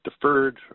deferred